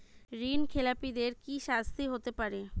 ঋণ খেলাপিদের কি শাস্তি হতে পারে?